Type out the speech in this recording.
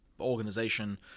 organization